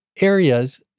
areas